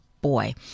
boy